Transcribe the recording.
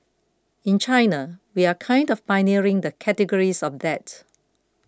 in China we are kind of pioneering the categories of that